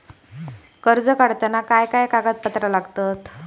कर्ज काढताना काय काय कागदपत्रा लागतत?